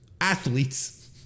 athletes